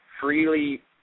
freely